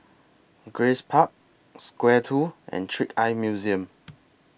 Grace Park Square two and Trick Eye Museum